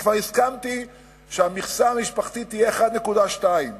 אני כבר הסכמתי שהמכסה המשפחתית תהיה 1.2,